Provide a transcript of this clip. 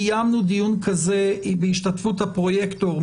קיימנו דיון כזה בהשתתפות הפרוייקטור,